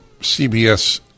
CBS